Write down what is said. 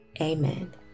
amen